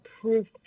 proof